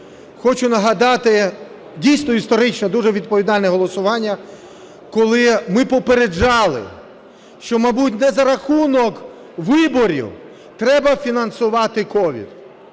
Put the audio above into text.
хочу нагадати, дійсно, історичне, дуже відповідальне голосування, коли ми попереджали, що, мабуть, не за рахунок виборів треба фінансувати COVID.